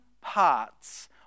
parts